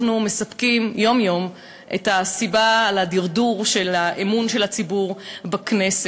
אנחנו מספקים יום-יום את הסיבה לדרדור האמון של הציבור בכנסת.